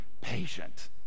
patient